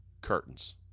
Curtains